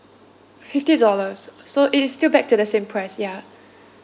fifty dollars so it is still back to the same price ya